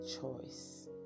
choice